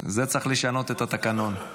--- בזה צריך לשנות את התקנון.